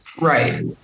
Right